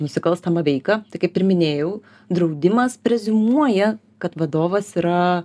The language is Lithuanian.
nusikalstamą veiką tai kaip ir minėjau draudimas preziumuoja kad vadovas yra